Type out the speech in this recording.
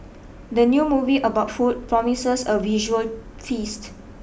the new movie about food promises a visual feast